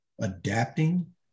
adapting